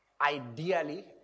ideally